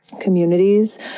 communities